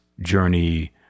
journey